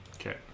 Okay